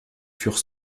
furent